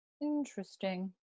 Interesting